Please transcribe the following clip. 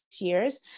years